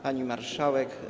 Pani Marszałek!